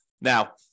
Now